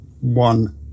one